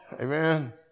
Amen